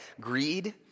Greed